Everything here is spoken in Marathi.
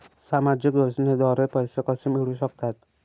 सामाजिक योजनेद्वारे पैसे कसे मिळू शकतात?